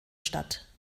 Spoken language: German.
statt